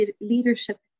leadership